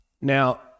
Now